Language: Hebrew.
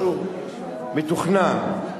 משהו מתוכנן.